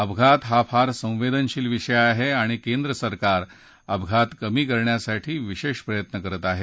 अपघात हा फार संवेदनशील विषय आहे आणि केंद्रसरकार अपघात कमी करण्यासाठी विशेष प्रयत्न करत आहे